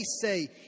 say